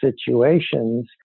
situations